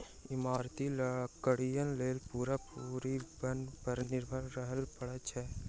इमारती लकड़ीक लेल पूरा पूरी बन पर निर्भर रहय पड़ैत छै